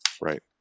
Right